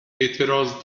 اعتراض